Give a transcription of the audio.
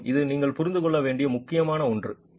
மேலும் இது நீங்கள் புரிந்து கொள்ள வேண்டிய முக்கியமான ஒன்று